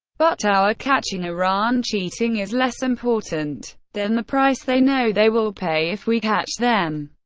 but our catching iran cheating is less important than the price they know they will pay if we catch them.